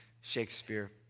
Shakespeare